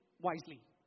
wisely